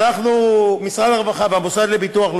אז אנחנו, משרד הרווחה והמוסד לביטוח לאומי,